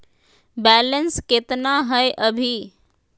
Balance केतना हय अभी?